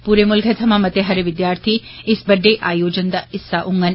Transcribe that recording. पूरे मूल्खै थमां मते हारे विद्यार्थी इस बड्ड आयोजन दा हिस्सा होंगन